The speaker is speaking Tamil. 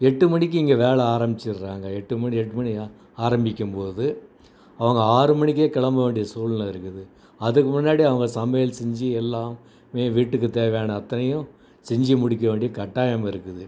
எட்டு மணிக்கு இங்கே வேலை ஆரம்பிச்சிடுறாங்க எட்டு மணி எட்டு மணி ஆரம்பிக்கும்போது அவங்க ஆறு மணிக்கே கிளம்ப வேண்டிய சூழ்நிலை இருக்குது அதுக்கு முன்னாடி அவங்க சமையல் செஞ்சு எல்லா வீட்டுக்கு தேவையான அத்தனையும் செஞ்சு முடிக்க வேண்டிய கட்டாயம் இருக்குது